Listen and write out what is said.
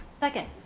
second.